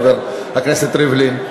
חבר הכנסת ריבלין.